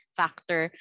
factor